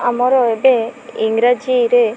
ଆମର ଏବେ ଇଂରାଜୀରେ